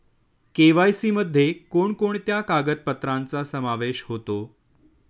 KYC मध्ये कोणकोणत्या कागदपत्रांचा समावेश होतो?